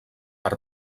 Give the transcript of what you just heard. per